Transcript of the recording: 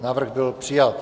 Návrh byl přijat.